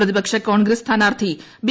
പ്രതിപക്ഷ കോൺഗ്രസ് സ്ഥാനാർത്ഥി ബി